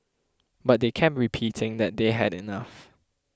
but they kept repeating that they had enough